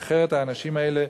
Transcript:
אחרת האנשים האלה,